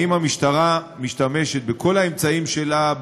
האם המשטרה משתמשת בכל האמצעים שלה,